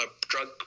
drug